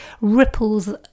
ripples